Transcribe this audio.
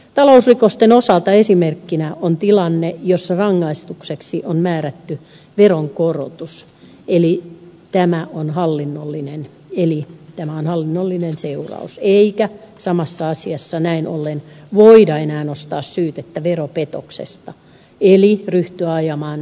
talousrikosten osalta esimerkkinä on tilanne jossa rangaistukseksi on määrätty veronkorotus joka on hallinnollinen seuraus eikä samassa asiassa näin ollen voida enää nostaa syytettä veropetoksesta eli ryhtyä ajamaan rikosoikeudellista seuraamusta